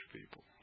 people